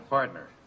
partner